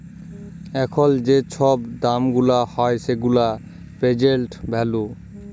এখল যে ছব দাম গুলা হ্যয় সেগুলা পের্জেল্ট ভ্যালু